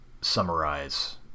summarize